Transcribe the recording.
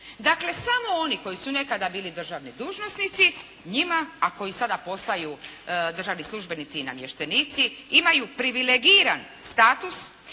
Dakle, samo oni koji su nekada bili državni dužnosnici, njima, a koji sada postaju državni službenici i namještenici, imaju privilegiran status,